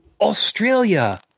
Australia